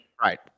Right